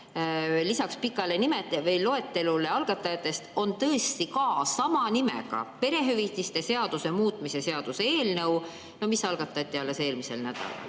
lisaks pikale loetelule algatajatest on tõesti ka sama nimega perehüvitiste seaduse muutmise seaduse eelnõu, mis algatati alles eelmisel nädalal.